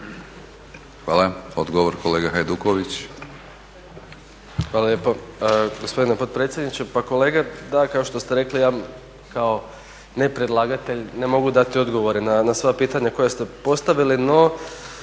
**Hajduković, Domagoj (SDP)** Hvala lijepo gospodine potpredsjedniče. Pa kolega da kao što ste rekli ja kao ne predlagatelj ne mogu dati odgovore na sva pitanja koja ste postavili, no